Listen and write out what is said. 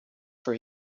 for